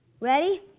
Ready